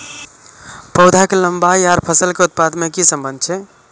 पौधा के लंबाई आर फसल के उत्पादन में कि सम्बन्ध छे?